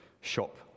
shop